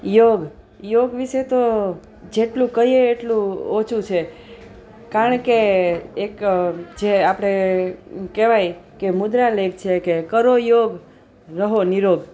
યોગ યોગ વિશે તો જેટલું કહીએ એટલું ઓછું છે કારણકે એક જે આપણે કહેવાય કે મુદ્રા લેખ છે કે કરો યોગ રહો નિરોગ